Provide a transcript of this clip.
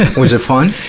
was it fun?